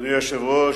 אדוני היושב-ראש,